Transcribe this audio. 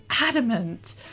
adamant